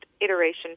iteration